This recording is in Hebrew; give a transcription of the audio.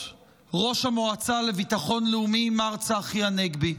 ראש המועצה לביטחון לאומי מר צחי הנגבי.